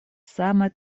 same